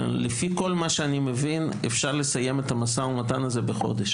לפי כל מה שאני מבין אפשר לסיים את המשא ומתן הזה בחודש.